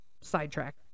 sidetrack